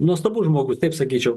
nuostabus žmogus taip sakyčiau